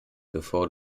bevor